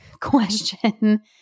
question